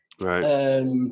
Right